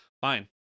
Fine